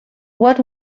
what